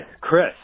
Chris